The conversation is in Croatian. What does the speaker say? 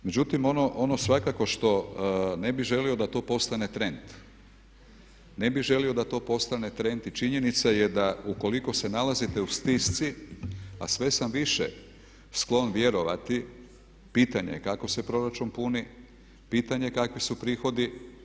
Međutim, ono svakako što ne bi želio da to postane trend, ne bi želio da to postane trend i činjenica je da ukoliko se nalazite u stisci a sve sam više sklon vjerovati, pitanje kako se proračun puni, pitanje kakvi su prihodi.